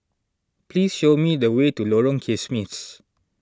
please show me the way to Lorong Kismis